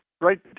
right